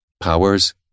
powers